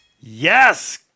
Yes